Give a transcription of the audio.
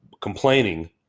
complaining